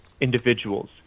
individuals